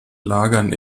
lagern